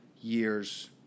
years